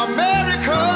America